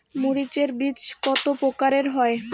মরিচ এর বীজ কতো প্রকারের হয়?